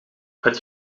het